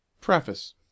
Preface